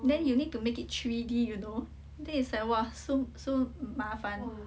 then you need to make it three D you know then is like !wah! so so mafan